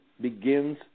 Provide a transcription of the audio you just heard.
begins